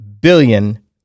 billion